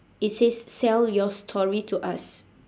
it says sell your story to us